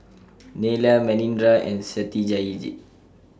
Neila Manindra and Satyajit